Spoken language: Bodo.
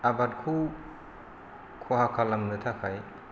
आबादखौ खहा खालामनो थाखाय